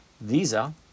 Visa